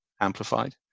amplified